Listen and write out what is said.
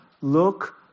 look